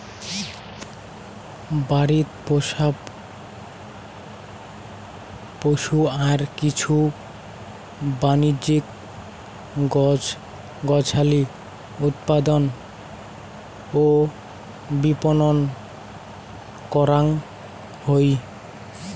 বাড়িত পোষা পশু আর কিছু বাণিজ্যিক গছ গছালি উৎপাদন ও বিপণন করাং হই